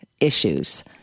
issues